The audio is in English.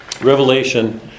Revelation